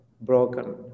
broken